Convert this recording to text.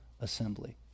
assembly